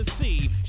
see